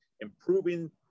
improving